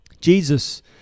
Jesus